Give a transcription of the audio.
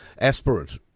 aspirant